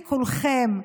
מכולכם,